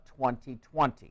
2020